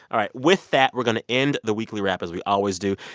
all right, with that, we're going to end the weekly wrap as we always do.